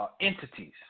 Entities